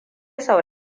sau